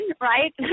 right